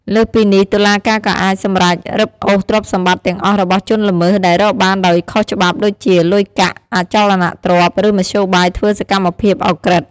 លើសពីនេះ តុលាការក៏អាចសម្រេច រឹបអូសទ្រព្យសម្បត្តិទាំងអស់របស់ជនល្មើសដែលរកបានដោយខុសច្បាប់ដូចជា លុយកាក់ អចលនទ្រព្យ ឬមធ្យោបាយធ្វើសកម្មភាពឧក្រិដ្ឋ។